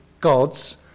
God's